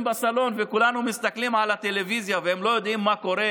בסלון וכולנו מסתכלים על הטלוויזיה והם לא יודעים מה קורה.